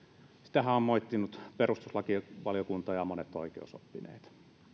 sitähän ovat moittineet perustuslakivaliokunta ja monet oikeusoppineet